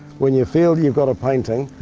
when you feel you've got a painting,